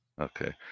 okay